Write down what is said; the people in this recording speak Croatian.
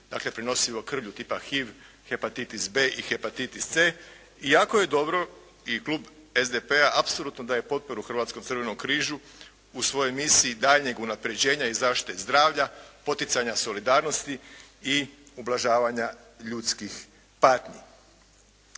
dakle prenosivo krvlju, tipa HIV, hepatitis-B i hepatitis-C. I jako je dobro i klub SDP-a apsolutno daje potporu Hrvatskom crvenom križu u svojoj misiji daljnjeg unapređenja i zaštite zdravlja, poticanja solidarnosti i ublažavanja ljudskih patnji.